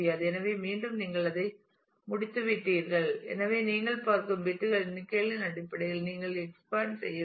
எனவே மீண்டும் நீங்கள் அதை முடித்துவிட்டீர்கள் எனவே நீங்கள் பார்க்கும் பிட்களின் எண்ணிக்கையின் அடிப்படையில் நீங்கள் எக்ஸ்பேண்ட் வேண்டும்